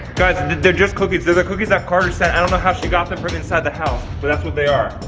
guys they just cookies, they the cookies that carter sent. i don't know how she got them from inside the house. but that's what they